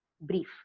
brief